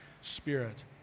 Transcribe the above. spirit